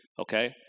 okay